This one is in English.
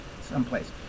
someplace